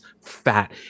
fat